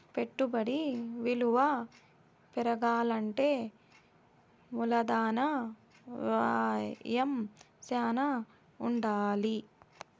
పెట్టుబడి విలువ పెరగాలంటే మూలధన వ్యయం శ్యానా ఉండాలి